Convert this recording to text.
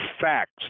facts